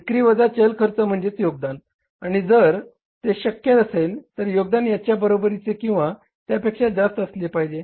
विक्री वजा चल खर्च म्हणजे योगदान आणि जर ते शक्य असेल तर योगदान याच्या बरोबरीचे किंवा या पेक्षा जास्त असले पाहिजे